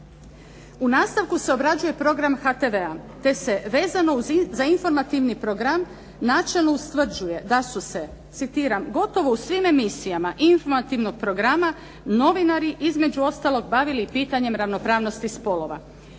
U nastavku se obrađuje program HTV-a te se vezano za informativni program načelno ustvrđuje da su se, citiram, gotovo u svim emisijama informativnog programa novinari između ostalog bavili i pitanjem ravnopravnosti spolova.